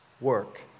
work